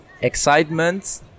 excitement